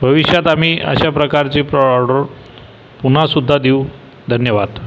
भविष्यात आम्ही अशा प्रकारचे प्रॉडक्ट पुन्हा सुद्धा देऊ धन्यवाद